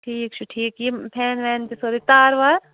ٹھیٖک چھُ ٹھیٖک یِم فین وین تہِ سورٕے تار وار